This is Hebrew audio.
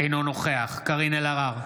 אינו נוכח קארין אלהרר,